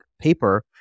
paper